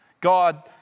God